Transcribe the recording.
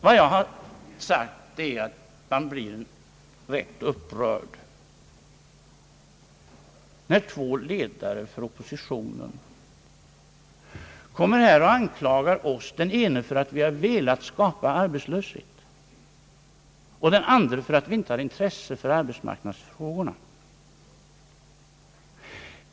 Vad jag sagt är att man blir upprörd, när två ledare för oppositionen anklagar oss — den ene för att vi velat skapa arbetslöshet, den andre för att vi inte har intresse för arbetsmarknadsfrågorna.